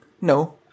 No